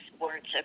words